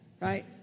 right